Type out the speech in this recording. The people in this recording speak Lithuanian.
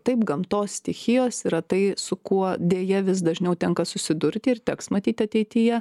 taip gamtos stichijos yra tai su kuo deja vis dažniau tenka susidurti ir teks matyti ateityje